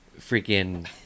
Freaking